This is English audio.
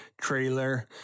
trailer